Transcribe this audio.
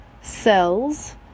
cells